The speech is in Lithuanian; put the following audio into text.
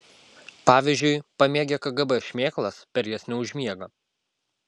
pavyzdžiui pamėgę kgb šmėklas per jas neužmiega